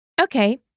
Okay